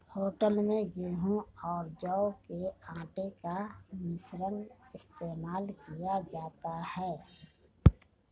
hotel में गेहूं और जौ के आटे का मिश्रण इस्तेमाल किया जाता है